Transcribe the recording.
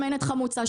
שמנת חמוצה,